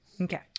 okay